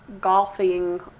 golfing